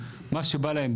מה שבא להם,